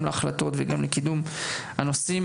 גם להחלטות וגם לקידום הנושאים.